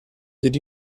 did